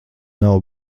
nav